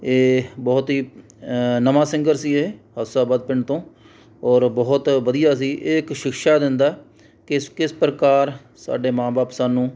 ਇਹ ਬਹੁਤ ਹੀ ਨਵਾਂ ਸਿੰਗਰ ਸੀ ਇਹ ਹਸਾਬਾਦ ਪਿੰਡ ਤੋਂ ਔਰ ਬਹੁਤ ਵਧੀਆ ਸੀ ਇਹ ਇੱਕ ਸਿਖਸ਼ਾ ਦਿੰਦਾ ਕਿਸ ਕਿਸ ਪ੍ਰਕਾਰ ਸਾਡੇ ਮਾਂ ਬਾਪ ਸਾਨੂੰ